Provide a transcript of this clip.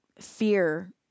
fear